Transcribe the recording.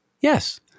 Yes